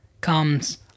comes